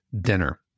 dinner